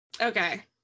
Okay